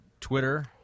Twitter